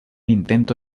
intento